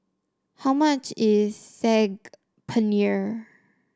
how much is Saag Paneer